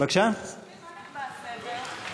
לפי מה נקבע הסדר?